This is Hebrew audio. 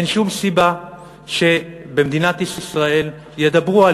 אין שום סיבה שבמדינת ישראל ידברו על